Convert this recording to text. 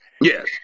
Yes